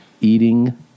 eating